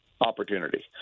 Opportunity